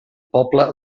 poble